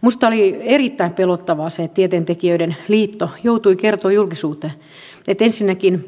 minusta oli erittäin pelottavaa se että tieteentekijöiden liitto joutui kertomaan julkisuuteen että ensinnäkään